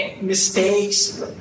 mistakes